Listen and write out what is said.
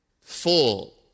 full